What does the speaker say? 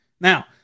Now